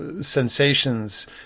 sensations